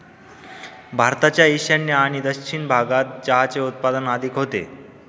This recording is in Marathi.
भारताच्या ईशान्य आणि दक्षिण भागात चहाचे उत्पादन अधिक होते